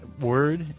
word